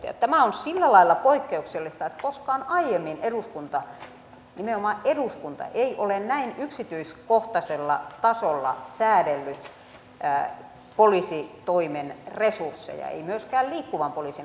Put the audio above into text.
tämä on sillä lailla poikkeuksellista että koskaan aiemmin eduskunta nimenomaan eduskunta ei ole näin yksityiskohtaisella tasolla säädellyt poliisitoimen resursseja ei myöskään liikkuvan poliisin aikana